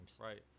Right